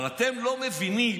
אבל אתם לא מבינים